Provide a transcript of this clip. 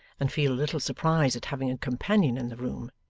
and feel a little surprised at having a companion in the room.